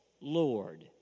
Lord